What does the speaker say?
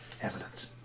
Evidence